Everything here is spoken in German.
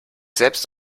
selbst